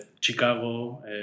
Chicago